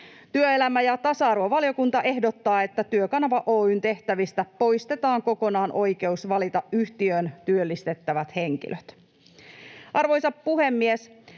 Työelämä‑ ja tasa-arvovaliokunta ehdottaa, että Työkanava Oy:n tehtävistä poistetaan kokonaan oikeus valita yhtiöön työllistettävät henkilöt. Arvoisa puhemies!